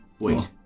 wait